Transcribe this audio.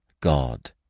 God